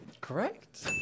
Correct